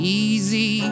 easy